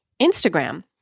Instagram